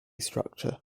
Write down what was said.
structure